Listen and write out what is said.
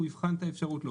הוא יבחן את האפשרות להוסיף.